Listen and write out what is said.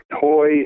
toy